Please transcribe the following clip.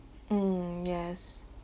mm yes